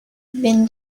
been